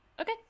Okay